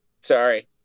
Sorry